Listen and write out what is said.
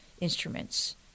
instruments